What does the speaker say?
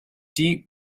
deep